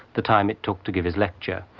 the time it took to give his lecture.